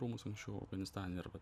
rūmus anksčiau afganistane ir va